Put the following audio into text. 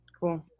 Cool